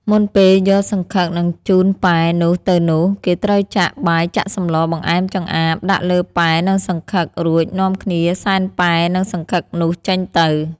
មុនពេលយកសង្ឃឹកនិងជូនពែនោះទៅនោះ គេត្រូវចាក់ បាយចាក់សម្ល បង្អែម ចម្អាប ដាក់លើពែនិងសង្ឃឹក រួចនាំគ្នាសែងពែនិងសង្ឃឹកនោះចេញទៅ ។